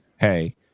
hey